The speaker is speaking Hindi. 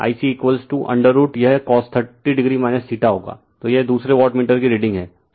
तो यह दूसरे वाटमीटर की रीडिंग है